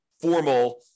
formal